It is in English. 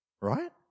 right